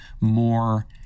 more